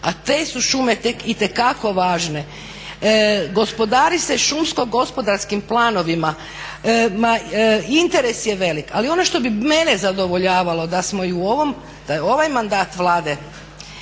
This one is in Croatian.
a te su šume tek itekako važne. Gospodari se šumsko-gospodarskim planovima, ma interes je velik. Ali ono što bi mene zadovoljavalo da je i ovaj mandat Vlade